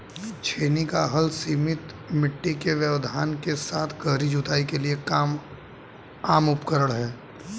छेनी का हल सीमित मिट्टी के व्यवधान के साथ गहरी जुताई के लिए एक आम उपकरण है